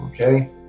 okay